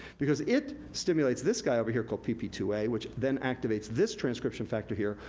because it stimulates this guy, over here, called p p two a, which then activates this transcription factor here,